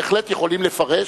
בהחלט יכולים לפרש,